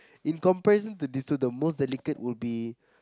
in comparison to these two the most delicate would be